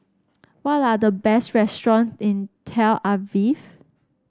what are the best restaurant in Tel Aviv